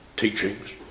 Teachings